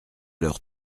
leur